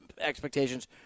expectations